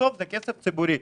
בסוף זה כסף ציבורי.